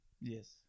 Yes